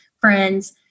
friends